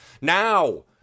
Now